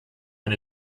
and